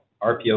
RPO